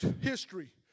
history